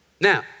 Now